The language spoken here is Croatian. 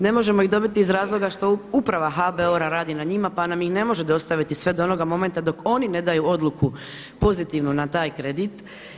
Ne možemo ih dobiti iz razloga što uprava HBOR-a radi na njima pa nam ih ne može dostaviti sve dok onog momenta dok oni ne daju odluku pozitivnu na taj kredit.